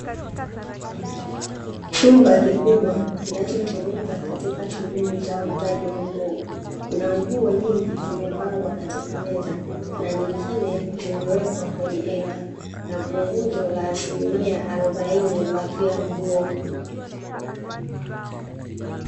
Chumba kikubwa kinachotumika katika shughuli za uuzaji wa nguo. Kuna nguo nyingi zimepangwa katika meza na nyingine zimewekwa kwenye henga, na punguzo la asilimia arobaini kwa kila nguo.